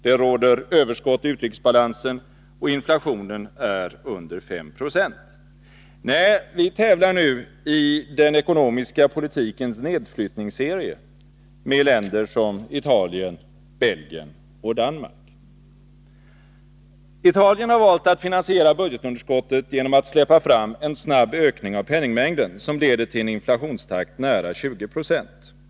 Det råder överskott i utrikesbalansen, och inflationen är under 5 96. Nej, vi tävlar nu i den ekonomiska politikens nedflyttningsserie med länder som Italien, Belgien och Danmark. Italien har valt att finansiera budgetunderskottet genom att släppa fram en snabb ökning av penningmängden som leder till en inflationstakt nära 20 96.